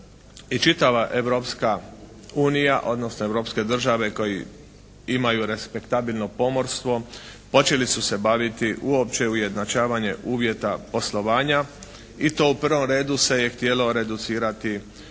čitava Europska unija, odnosne europske države koje imaju respektabilno pomorstvo počeli su se baviti uopće ujednačavanje uvjeta poslovanja i to u prvom redu se je htjelo reducirati